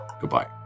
Goodbye